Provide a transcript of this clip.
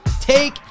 Take